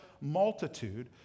multitude